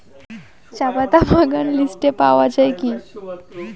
চাপাতা বাগান লিস্টে পাওয়া যায় কি?